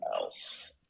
else